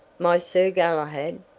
my sir galahad,